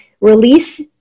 release